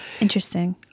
interesting